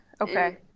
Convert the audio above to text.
Okay